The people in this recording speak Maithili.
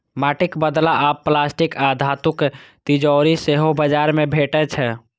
माटिक बदला आब प्लास्टिक आ धातुक तिजौरी सेहो बाजार मे भेटै छै